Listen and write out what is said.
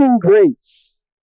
grace